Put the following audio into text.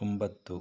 ಒಂಬತ್ತು